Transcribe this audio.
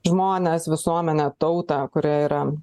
žmones visuomenę tautą kurioje yra